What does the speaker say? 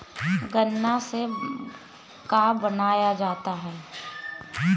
गान्ना से का बनाया जाता है?